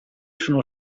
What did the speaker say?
sono